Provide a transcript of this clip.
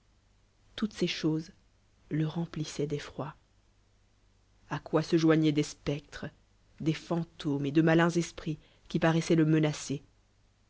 toutes ces choses le remplissaient d'effroi à quoi se joiguoient des spectres des fantômes et de malius esprits quiparnissoient le menacer